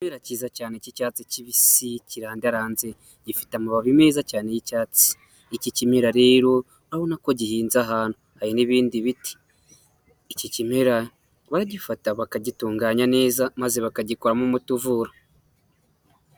Ikimera kiza cyane cy'icyatsi kibisi, kirandaranze gifite amababi meza cyane y'icyatsi, iki kimera rero urabona ko gihinze ahantu, hari n'ibindi biti iki kimera baragifata bakagitunganya neza, maze bakagikuramo umuti uvura.